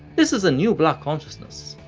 this is a new black consciousness,